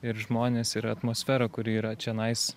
ir žmones ir atmosferą kuri yra čionais